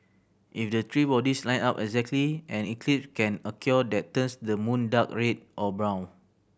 if the three bodies line up exactly an eclipse can occur that turns the moon dark red or brown